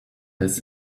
his